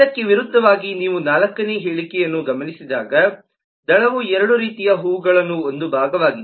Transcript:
ಇದಕ್ಕೆ ವಿರುದ್ಧವಾಗಿ ನೀವು ನಾಲ್ಕನೆಯ ಹೇಳಿಕೆಯನ್ನು ಗಮನಿಸಿದಾಗ ದಳವು ಎರಡೂ ರೀತಿಯ ಹೂವುಗಳ ಒಂದು ಭಾಗವಾಗಿದೆ